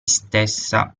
stessa